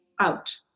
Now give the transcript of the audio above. out